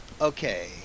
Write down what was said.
Okay